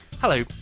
hello